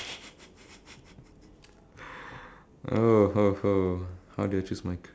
but if I were to relate I mean like put my current